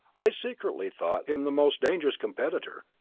i secretly thought him the most dangerous competitor.